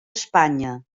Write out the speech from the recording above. espanya